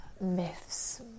myths